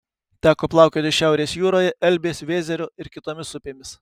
teko plaukioti šiaurės jūroje elbės vėzerio ir kitomis upėmis